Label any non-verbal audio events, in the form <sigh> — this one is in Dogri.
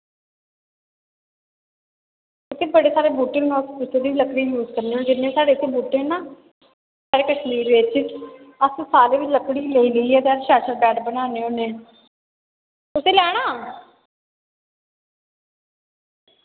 इत्थै बड़े सारे बूह्टे न अस <unintelligible> दी बी लकड़ी यूज करने होन्ने जिन्ने साढ़े इत्थै बूह्टे ना साढ़े कश्मीर बिच अस सारे दी लकड़ी लेई लेइयै तै अस शैल शैल बैट बनान्ने होन्ने तुसै लैना